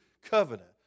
covenant